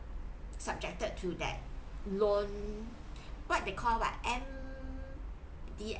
subjected to that loan what they call what M_D